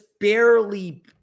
barely